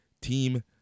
team